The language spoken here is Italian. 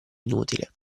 inutile